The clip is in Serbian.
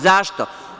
Zašto?